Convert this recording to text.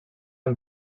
amb